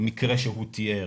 במקרה שהוא תיאר.